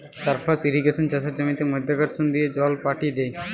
surface ইর্রিগেশনে চাষের জমিতে মাধ্যাকর্ষণ দিয়ে জল পাঠি দ্যায়